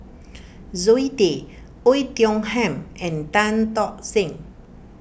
Zoe Tay Oei Tiong Ham and Tan Tock Seng